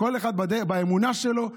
כל אחד באמונה שלו,